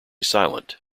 silent